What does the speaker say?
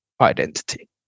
identity